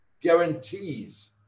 guarantees